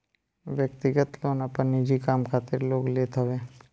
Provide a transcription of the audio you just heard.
व्यक्तिगत लोन आपन निजी काम खातिर लोग लेत हवे